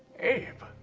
abe!